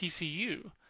TCU